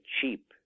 cheap